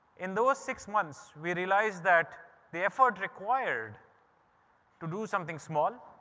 in those six months, we realised that the effort required to do something small